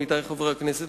עמיתי חברי הכנסת,